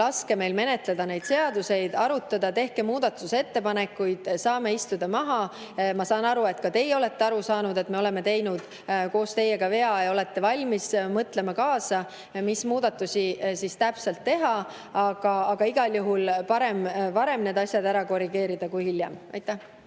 Laske meil menetleda neid seadusi, arutada. Tehke muudatusettepanekuid. Saame istuda maha. Ma saan aru, et ka teie olete aru saanud, et me oleme teinud koos teiega vea, ja te olete valmis kaasa mõtlema, mis muudatusi täpselt teha. Aga igal juhul parem varem need asjad ära korrigeerida kui hiljem. Aitäh!